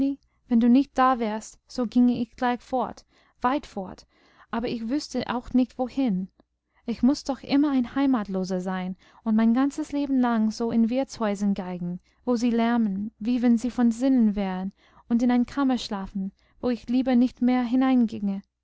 wenn du nicht da wärst so ginge ich gleich fort weit fort aber ich wüßte auch nicht wohin ich muß doch immer ein heimatloser sein und mein ganzes leben lang so in wirtshäusern geigen wo sie lärmen wie wenn sie von sinnen wären und in einer kammer schlafen wo ich lieber nicht mehr